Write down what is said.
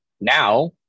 now